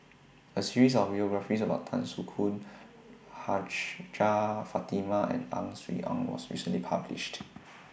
A series of biographies about Tan Soo Khoon Hajjah Fatimah and Ang Swee Aun was recently published